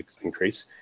increase